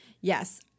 Yes